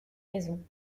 maison